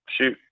shoot